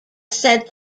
said